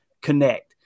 connect